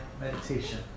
meditation